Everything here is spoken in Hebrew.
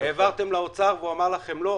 העברתם לאוצר והוא אמר לכם לא?